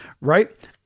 right